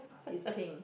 is pink